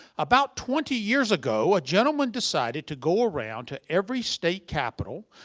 about twenty years ago, a gentleman decided to go around to every state capital,